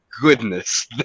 goodness